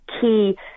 key